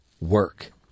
work